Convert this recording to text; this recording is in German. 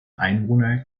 einwohner